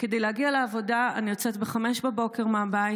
כדי להגיע לעבודה אני יוצאת ב-05:00 בבוקר מהבית.